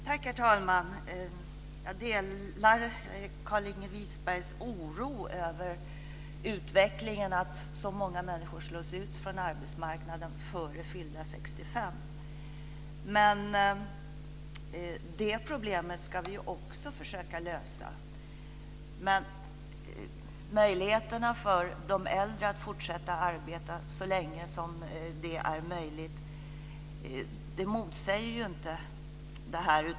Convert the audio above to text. Herr talman! Jag delar Carlinge Wisbergs oro över utvecklingen, att så många människor slås ut från arbetsmarknaden före fyllda 65. Det problemet ska vi också försöka lösa, men möjligheterna för de äldre att fortsätta arbeta så länge det är möjligt motsäger inte det.